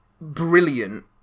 brilliant